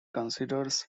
considers